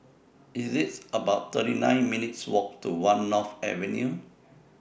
It's about thirty nine minutes' Walk to one North Avenue